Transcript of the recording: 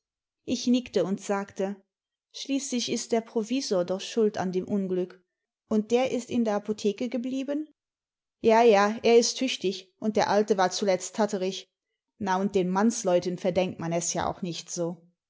ich nickte und sagte schließlich ist der provisor doch schuld an dem unglück und der ist in der apotheke geblieben ja ja er ist tüchtig und der alte war zuletzt tatterich na und den mannsleuten verdenkt man es ja auch nicht so